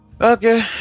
Okay